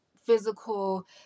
physical